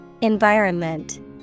Environment